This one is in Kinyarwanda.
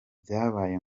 byabaye